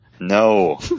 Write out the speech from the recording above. No